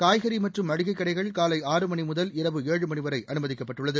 காய்கறி மற்றம் மளிகைக் கடைகள் காலை ஆறு மணி முதல் இரவு ஏழு மணி வரை அனுமதிக்கப்பட்டுள்ளது